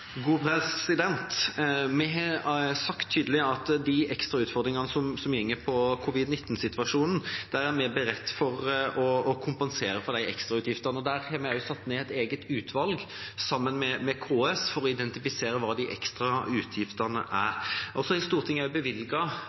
Vi har sagt tydelig at når det gjelder de ekstra utfordringene som går på covid-19-situasjonen, er vi beredt på å kompensere for de ekstra utgiftene. Der har vi også satt ned et eget utvalg, sammen med KS, for å identifisere hva de ekstra utgiftene er. Stortinget har